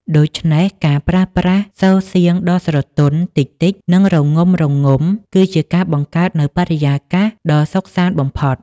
ដូច្នេះការប្រើប្រាស់សូរសៀងដ៏ស្រទន់ តិចៗ និងរងំៗ គឺជាការបង្កើតនូវបរិយាកាសដ៏សុខសាន្តបំផុត